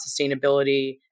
sustainability